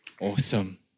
Awesome